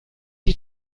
die